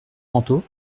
manteau